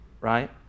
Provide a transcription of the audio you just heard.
right